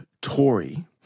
Tory